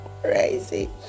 crazy